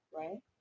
right